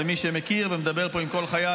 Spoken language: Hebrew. ומי שמכיר ומדבר פה עם כל חייל,